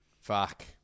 Fuck